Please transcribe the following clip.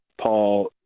Paul